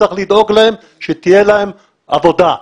צריך לדאוג להם שתהיה להם עבודה.